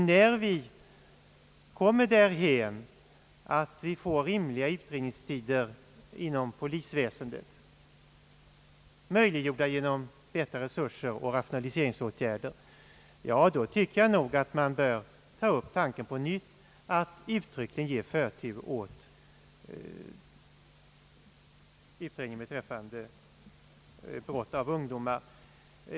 När vi kommer därhän att vi får rimliga utredningstider inom polisväsendet, möjliggjorda genom bättre resurser och rationaliseringsåtgärder, tycker jag att vi på nytt bör ta upp frågan om att uttryckligen ge förtur åt utredning beträffande brott begångna av ungdomar.